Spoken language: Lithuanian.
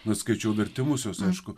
nu skaičiau vertimus jos aišku